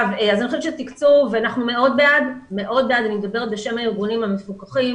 אנחנו מאוד בעד - ואני מדברת בשם הארגונים המפוקחים